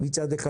מצד אחד,